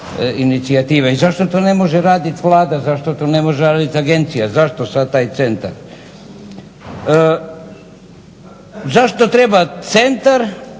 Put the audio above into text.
inicijative i zašto to ne može raditi Vlada, zašto to ne može raditi agencija, zašto sada taj centar. Zašto treba centar